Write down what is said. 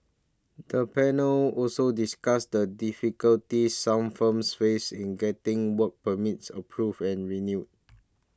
the panel also discussed the difficulties some firms faced in getting work permits approved and renewed